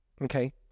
okay